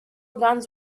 guns